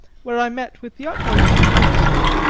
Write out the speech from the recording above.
where i met with the utmost courtesy.